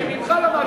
זה ממך למדנו.